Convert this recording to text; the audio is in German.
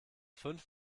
fünf